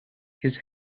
his